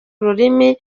ururimi